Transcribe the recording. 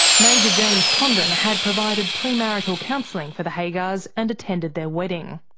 major james condon and had provided pre-marital counselling for the haggars and attended their wedding.